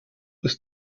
ist